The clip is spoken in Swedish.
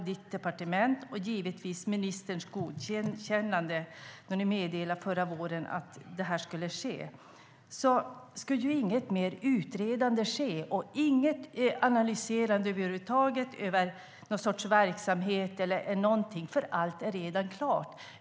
Med experternas och givetvis ministerns godkännande skulle då inget mer utredande ske, inget analyserande över huvud taget av någon sorts verksamhet, eftersom allt redan var klart.